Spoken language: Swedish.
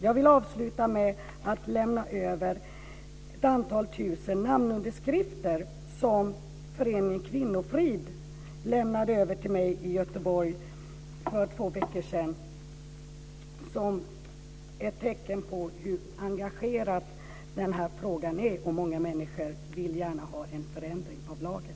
Jag vill avsluta med att överlämna ett antal tusen namnunderskrifter som föreningen Kvinnofrid lämnade över till mig i Göteborg för två veckor sedan som ett tecken på hur engagerad man är i den här frågan. Många människor vill gärna se en förändring av lagen.